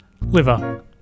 Liver